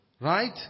Right